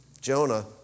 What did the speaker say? Jonah